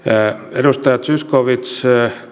edustaja zyskowicz